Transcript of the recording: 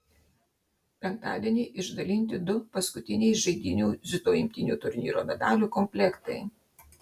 penktadienį išdalinti du paskutiniai žaidynių dziudo imtynių turnyro medalių komplektai